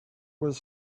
was